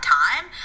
time